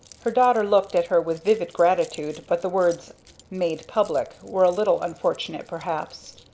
her daughter looked at her with vivid gratitude, but the words made public were a little unfortunate perhaps.